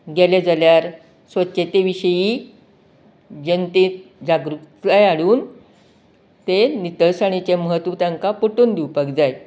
गेले जाल्यार स्वच्छते विशयीं जनतेंत जागृताय हाडून तें नितळसाणीचें म्हत्व तांकां पटोवन दिवपाक जाय